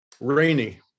Rainy